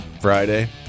Friday